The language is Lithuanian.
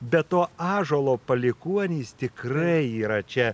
be to ąžuolo palikuonys tikrai yra čia